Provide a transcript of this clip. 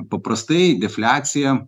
paprastai defliacija